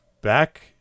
back